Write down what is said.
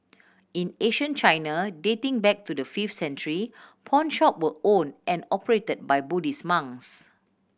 in ancient China dating back to the fifth century pawnshop were owned and operated by Buddhist monks